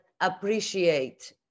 appreciate